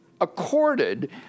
accorded